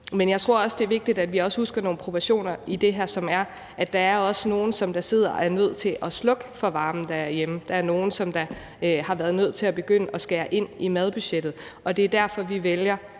Men jeg tror også, det er vigtigt, at vi husker, at der er nogle proportioner i det her, som er, at der også er nogle, der sidder og er nødt til at slukke for varmen derhjemme. Der er nogle, der har været nødt til at begynde at skære ind i madbudgettet, og det er derfor, vi trods